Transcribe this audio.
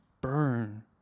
burn